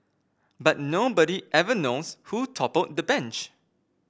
but nobody ever knows who toppled the bench